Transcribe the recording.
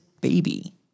baby